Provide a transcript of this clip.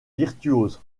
virtuose